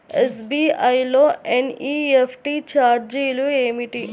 SBI లో NEFT ఛార్జీలు ఏమిటి?